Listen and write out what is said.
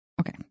Okay